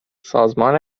سازمان